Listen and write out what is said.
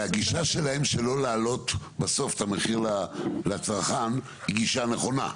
הגישה שלהם שלא להעלות בסוף את המחיר לצרכן היא גישה נכונה.